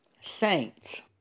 saints